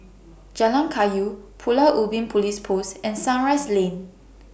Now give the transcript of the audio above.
Jalan Kayu Pulau Ubin Police Post and Sunrise Lane